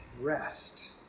rest